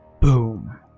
boom